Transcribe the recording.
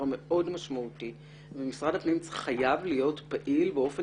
מאוד משמעותי ומשרד הפנים חייב להיות פעיל באופן